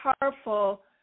powerful